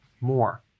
more